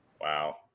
Wow